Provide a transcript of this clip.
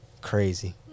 crazy